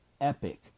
epic